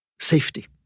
Safety